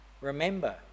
Remember